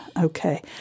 Okay